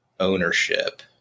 ownership